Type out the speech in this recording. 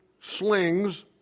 slings